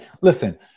listen